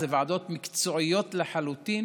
אלה ועדות מקצועיות לחלוטין